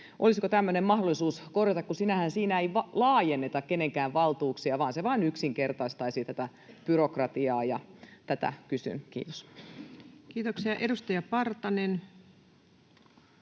olisiko tämmöinen mahdollista korjata, kun siinähän ei laajenneta kenenkään valtuuksia vaan se vain yksinkertaistaisi tätä byrokra-tiaa? Tätä kysyn. — Kiitos. [Speech